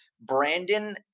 Brandon